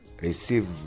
Receive